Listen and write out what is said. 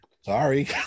sorry